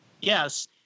yes